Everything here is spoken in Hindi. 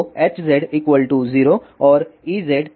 तो Hz 0 और Ez≠0